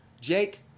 Jake